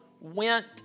went